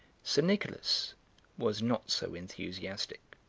sir nicholas was not so enthusiastic.